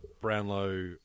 Brownlow